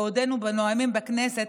בעודנו נואמים בכנסת,